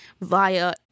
via